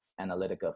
Analytica